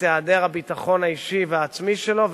היעדר הביטחון האישי והעצמי שלו.